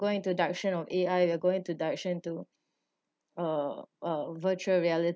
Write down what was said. go into direction of A_I we're go into direction to uh virtual reality